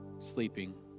sleeping